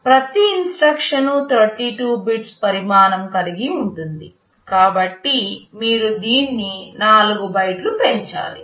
ప్రతి instruction 32 bits పరిమాణం కలిగి ఉంటుంది కాబట్టి మీరు దీన్ని 4 బైట్లు పెంచాలి